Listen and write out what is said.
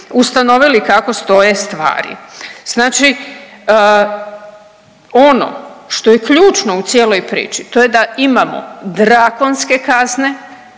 ustanovili kako stoje stvari. Znači ono što je ključno u cijeloj priči ti je da imamo drakonske kazne